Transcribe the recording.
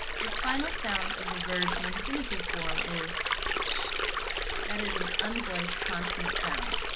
the final sound of the verb in infinitive form is ch that is an unvoiced consonant sound.